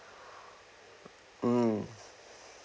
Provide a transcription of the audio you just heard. hmm